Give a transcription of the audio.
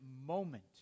moment